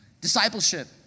discipleship